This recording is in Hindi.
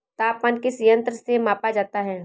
तापमान किस यंत्र से मापा जाता है?